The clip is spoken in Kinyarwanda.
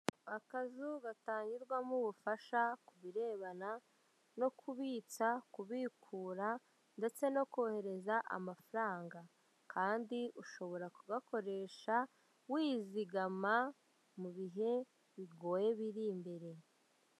Akazu gatangirwamo ubufasha ku birebana no kubica, kubikura ndetse no kohereza amafaranga kandi ushobora kubakoresha wizigama, mu bihe bigoye biri imbere.